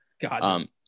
God